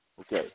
Okay